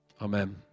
amen